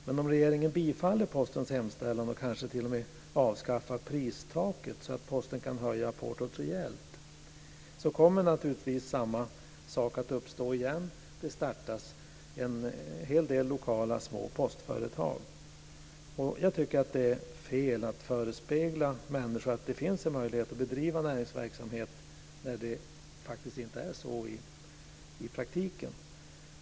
Men om regeringen bifaller Postens hemställan och kanske t.o.m. avskaffar pristaket så att Posten kan höja portot rejält så kommer naturligtvis samma sak att ske igen, nämligen att det startas en hel del lokala små postföretag. Jag tycker att det är fel att förespegla människor att det finns en möjlighet att bedriva näringsverksamhet när det faktiskt inte är så i praktiken.